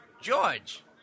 George